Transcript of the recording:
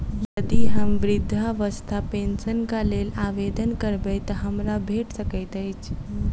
यदि हम वृद्धावस्था पेंशनक लेल आवेदन करबै तऽ हमरा भेट सकैत अछि?